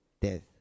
death